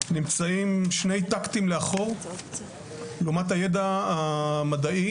נמצאים שני צעדים לאחור לעומת הידע המדעי